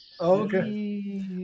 Okay